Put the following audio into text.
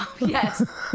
yes